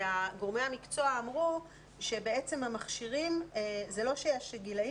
וגורמי המקצוע אמרו לגבי המכשירים שלא שיש גילאים